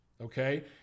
okay